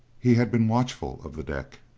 he had been watchful of the deck.